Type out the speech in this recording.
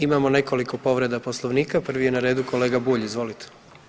Imamo nekoliko povreda Poslovnika, prvi je na redu kolega Bulj, izvolite.